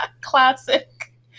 classic